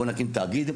בוא נקים תאגיד,